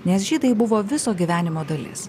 nes žydai buvo viso gyvenimo dalis